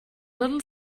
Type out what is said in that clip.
little